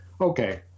okay